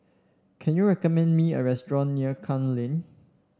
can you recommend me a restaurant near Klang Lane